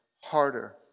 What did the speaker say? harder